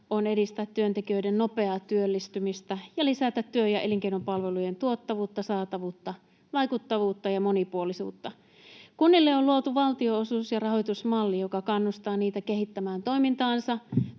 on edistää työntekijöiden nopeaa työllistymistä ja lisätä työ- ja elinkeinopalvelujen tuottavuutta, saatavuutta, vaikuttavuutta ja monipuolisuutta. Kunnille on luotu valtionosuus- ja rahoitusmalli, joka kannustaa niitä kehittämään toimintaansa